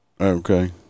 Okay